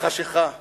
החשכה והגזענות.